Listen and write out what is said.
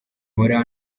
mpora